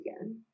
again